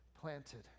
planted